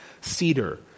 cedar